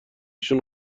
شون